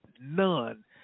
none